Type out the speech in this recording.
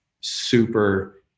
super